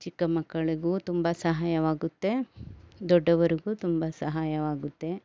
ಚಿಕ್ಕ ಮಕ್ಕಳಿಗೂ ತುಂಬ ಸಹಾಯವಾಗುತ್ತೆ ದೊಡ್ಡವರಿಗೂ ತುಂಬ ಸಹಾಯವಾಗುತ್ತೆ